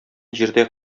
җирдә